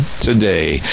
today